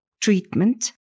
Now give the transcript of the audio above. treatment